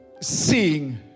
seeing